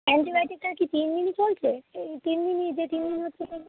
অ্যান্টিবায়োটিকটা কি তিন দিনই চলছে এই তিন দিনই যে তিন দিন হচ্ছে এ